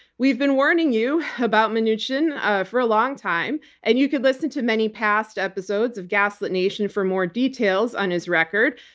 we've been warning you about mnuchin ah for a long time, and you could listen to many past episodes of gaslit nation for more details on his record.